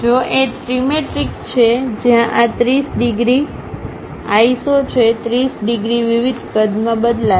જો તે ત્રિમેટ્રિક છે જ્યાં આ 30 ડિગ્રી આઇસો છે 30 ડિગ્રી વિવિધ કદમાં બદલાશે